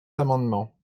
amendements